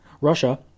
Russia